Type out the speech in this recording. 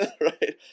Right